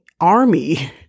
army